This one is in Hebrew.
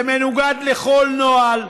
זה מנוגד לכל נוהל,